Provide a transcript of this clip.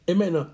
Amen